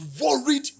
worried